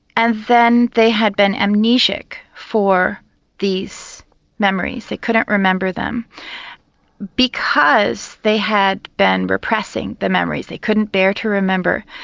and then they had been amnesic for these memories, they couldn't remember them because they had been repressing the memories they couldn't bear to remember.